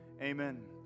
amen